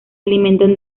alimentan